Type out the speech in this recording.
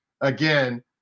again